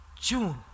June